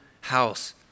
house